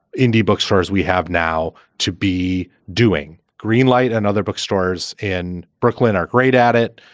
indie bookstores we have now to be doing. greenlight and other bookstores in brooklyn are great at it.